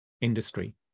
industry